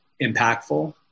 impactful